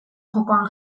jokoan